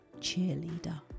cheerleader